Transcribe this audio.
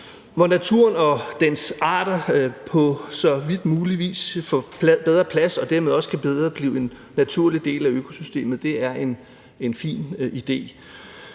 hvor naturen og dens arter så vidt muligt vil få bedre plads og dermed også bedre kan blive en naturlig del af økosystemet – en fin idé.